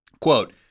Quote